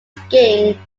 skiing